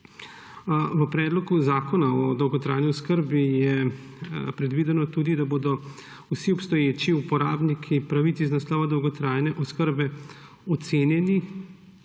V Predlogu zakona o dolgotrajni oskrbi je predvideno tudi, da bodo vsi obstoječi uporabniki pravic z naslova dolgotrajne oskrbe ocenjeni